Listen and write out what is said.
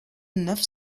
neuf